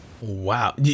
Wow